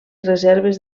reserves